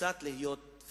קצת להיות פילוסופי.